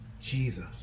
Jesus